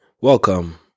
welcome